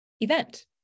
event